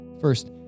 First